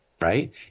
right